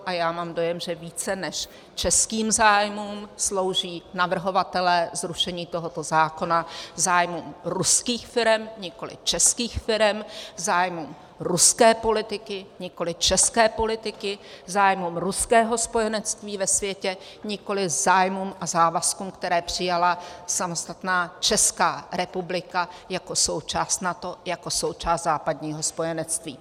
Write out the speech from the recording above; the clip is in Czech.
A já mám dojem, že více než českým zájmům slouží navrhovatelé zrušení tohoto zákona zájmům ruských firem, nikoliv českých firem, zájmům ruské politiky, nikoliv české politiky, zájmům ruského spojenectví ve světě, nikoliv zájmům a závazkům, které přijala samostatná Česká republika jako součást NATO, jako součást západního spojenectví.